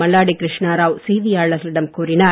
மல்லாடி கிருஷ்ண ராவ் செய்தியாளர்களிடம் கூறினார்